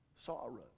sorrow